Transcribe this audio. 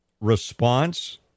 response